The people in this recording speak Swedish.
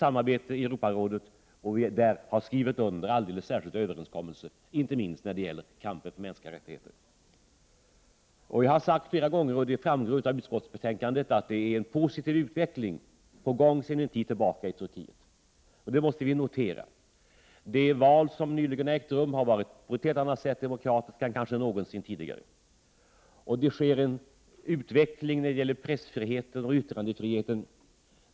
Samarbetet i Europarådet är intimt, och där har man underskrivit alldeles särskilda överenskommelser, inte minst när det gäller kampen för mänskliga rättigheter. Som framgår av betänkandet har vi flera gånger uttalat att det sedan en tid tillbaka försiggår en positiv utveckling i Turkiet, vilket vi måste notera. Det val som nyligen ägt rum genomfördes på ett helt annat sätt demokratiskt än kanske någonsin tidigare. Det pågår en utveckling när det gäller pressoch yttrandefriheten.